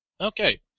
Okay